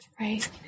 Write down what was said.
Right